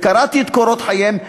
וקראתי את קורות חייהם,